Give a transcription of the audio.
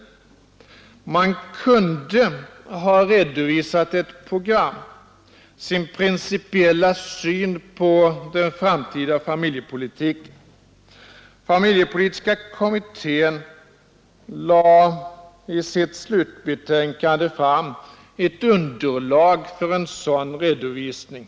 Man kunde ha redovisat ett program, sin principiella syn på den framtida familjepolitiken. Familjepolitiska kommittén lade i sitt slutbetänkande fram ett underlag för en sådan redovisning.